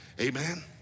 Amen